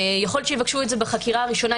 יכול להיות שיבקשו את זה בחקירה הראשונה,